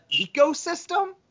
ecosystem